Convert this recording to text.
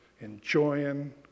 enjoying